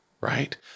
right